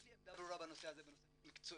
יש לי עמדה ברורה בנושא הזה בנושא מקצועי,